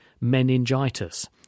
meningitis